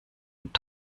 und